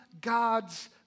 God's